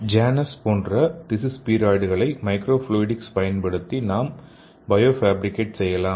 ஜானஸ் போன்ற திசு ஸ்பீராய்டுகளை மைக்ரோஃப்ளூயிடிக்ஸ் பயன்படுத்தி நாம் பயோ ஃபேபிரிகேட் செய்யலாம்